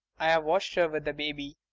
i've watched her with the baby.